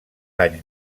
anys